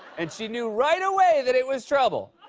and she knew right away that it was trouble.